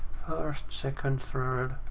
first, second, third.